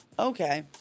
Okay